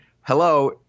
Hello